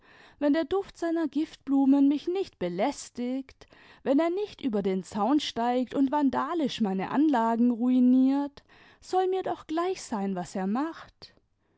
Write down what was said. wenn der tagebuch einer verlorenen q duft seiner giftblumen mich nicht belästigt wenn er nicht über den zaun steigt und vandalisch meine anlagen ruiniert soll mir doch gleich sein was er macht